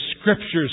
Scriptures